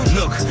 look